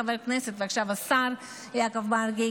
חבר הכנסת ועכשיו השר יעקב מרגי,